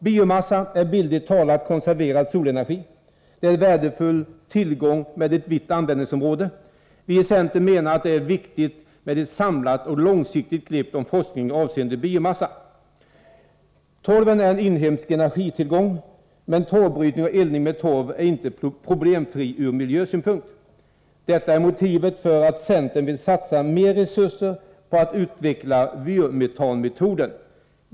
Biomassa är bildligt talat konserverad solenergi. Det är en värdefull tillgång med ett vitt användningsområde. Vi i centern menar att det är viktigt med ett samlat och långsiktigt grepp om forskningen avseende biomassa. Torven är en inhemsk energitillgång, men torvbrytning och eldning med torv är inte någonting som är problemfritt ur miljösynpunkt. Detta är motivet för att centern vill satsa mer resurser på att utveckla vyrmetanmetoden.